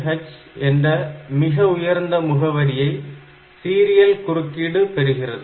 0023h என்ற மிக உயர்ந்த முகவரியை சீரியல் குறுக்கிடு பெறுகிறது